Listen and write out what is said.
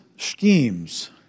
schemes